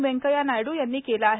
वेंकय्या नायडू यांनी केलं आहे